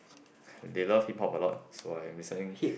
they love hip hop a lot so I'm listening